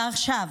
ועכשיו,